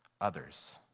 others